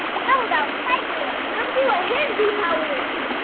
how about tygor? let's see what his goo power is!